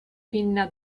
pinna